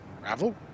gravel